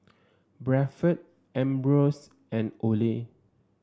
Bradford Ambros and Olay